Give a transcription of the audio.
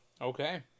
Okay